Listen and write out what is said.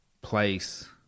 place